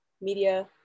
media